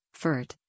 FERT